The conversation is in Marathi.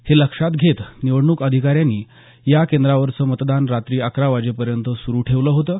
हे लक्षात घेत निवडणूक अधिकाऱ्यांनी या केंद्रावरचं मतदान रात्री अकरा वाजेपर्यंत सुरू ठेवलं होतं